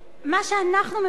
מה שאנחנו מבקשים,